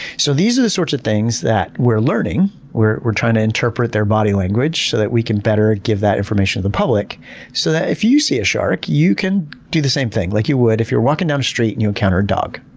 so these are the sorts of things that we're learning. we're we're trying to interpret their body language so that we can better ah give that information to the public so that if you see a shark, you can do the same thing, like you would if you're walking down the street and you encounter a dog.